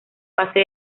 fase